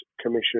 Commission